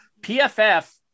PFF